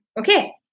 Okay